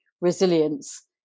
resilience